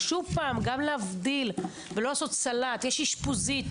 ושום פעם גם להבדיל ולא לעשות סלט יש אשפוזית